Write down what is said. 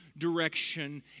Direction